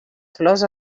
flors